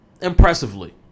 Impressively